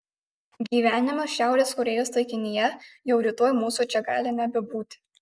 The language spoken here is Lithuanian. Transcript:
gyvenimas šiaurės korėjos taikinyje jau rytoj mūsų čia gali nebebūti